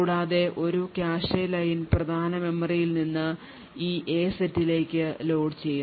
കൂടാതെ ഒരു cache line പ്രധാന മെമ്മറിയിൽ നിന്ന് ഈ A സെറ്റിലേക്ക് ലോഡുചെയ്യുന്നു